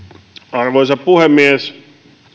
arvoisa puhemies